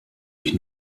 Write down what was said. ich